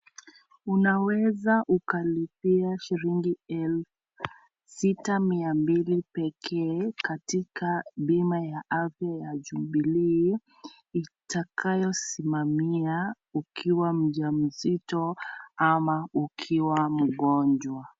Unaweza ukalipia shilingi elfu sita mia mbili pekee katika bima ya afya ya Jubilee itakayosimamia ukiwa mjamzito ama ukiwa mgonjwa.